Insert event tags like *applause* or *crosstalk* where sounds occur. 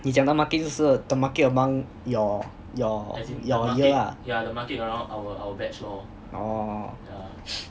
你讲的 market 就是 the market among your your year year ah orh *breath*